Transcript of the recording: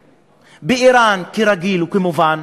באיראן, כרגיל וכמובן,